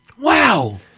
Wow